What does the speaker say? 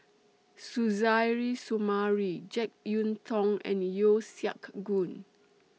Suzairhe Sumari Jek Yeun Thong and Yeo Siak Goon